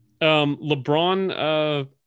LeBron